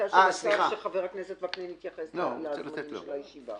שחבר הכנסת וקנין יתייחס לזמנים של הישיבה.